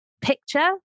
picture